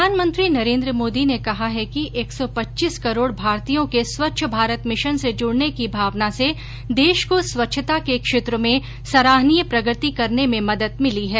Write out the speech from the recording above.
प्रधानमंत्री नरेन्द्र मोदी ने कहा है कि एक सौ पच्चीस करोड़ भारतीयों के स्वच्छ भारत मिशन से जुड़ने की भावना से देश को स्वच्छता के क्षेत्र में सराहनीय प्रगति करने में मदद मिली है